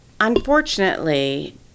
unfortunately